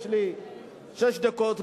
יש לי שש דקות,